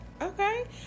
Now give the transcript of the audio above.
okay